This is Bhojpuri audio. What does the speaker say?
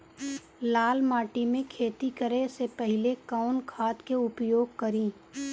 लाल माटी में खेती करे से पहिले कवन खाद के उपयोग करीं?